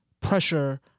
pressure